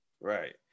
Right